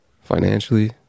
financially